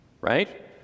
Right